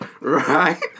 Right